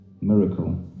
miracle